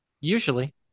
Usually